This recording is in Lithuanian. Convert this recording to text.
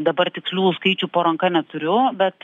dabar tikslių skaičių po ranka neturiu bet